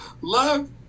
love